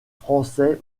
français